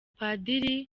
padiri